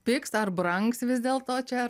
pigs ar brangs vis dėl to čia ar